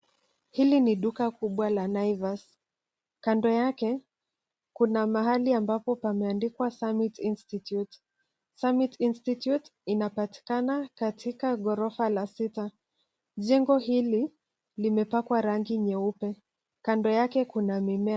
Hili ni duka kubwa la Naivas, kando yake kuna mahali ambapo pameandikwa Summit Institute. Summit Institute inapatikana katika ghorofa la sita. Jengo hili limepakwa rangi nyeupe. Kando yake kuna mimea.